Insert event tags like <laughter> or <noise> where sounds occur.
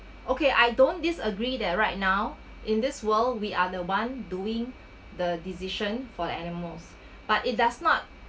okay I don't disagree that right now in this world we are the one doing the decision for animals <breath> but it does not